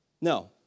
No